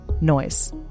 Noise